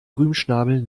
grünschnabel